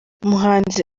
umuhanzi